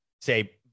say